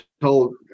told